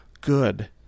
good